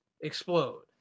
explode